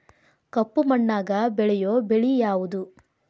ಕಪ್ಪು ಮಣ್ಣಾಗ ಬೆಳೆಯೋ ಬೆಳಿ ಯಾವುದು?